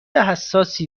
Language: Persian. حساسی